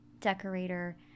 decorator